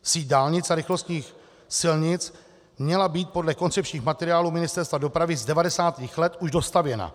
Síť dálnic a rychlostních silnic měla být podle koncepčních materiálů Ministerstva dopravy z 90. let už dostavěna.